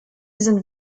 sind